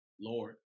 Lord